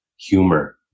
humor